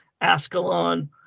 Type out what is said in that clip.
Ascalon